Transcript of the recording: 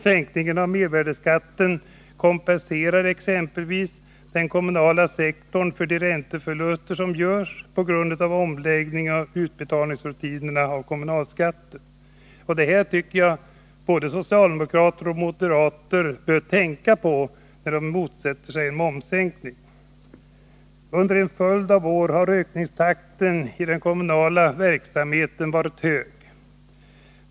Sänkningen av mervärdeskatten kompenserar exempelvis den kommunala sektorn för de ränteförluster som görs på grund av omläggningen av utbetalningsrutinerna när det gäller kommunalskatten. Det tycker jag att både socialdemokrater och moderater bör tänka på när de motsätter sig en momssänkning. Under en följd av år har ökningstakten i den kommunala verksamheten varit hög.